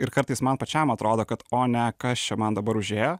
ir kartais man pačiam atrodo kad o ne kas čia man dabar užėjo